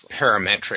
parametric